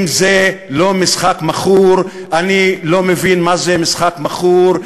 אם זה לא משחק מכור, אני לא מבין מה זה משחק מכור.